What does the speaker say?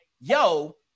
yo